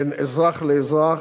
בין אזרח לאזרח,